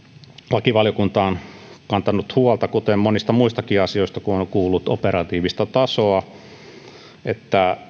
lakivaliokunta on kantanut huolta kuten monista muistakin asioista kun on kuullut operatiivista tasoa että